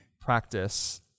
practice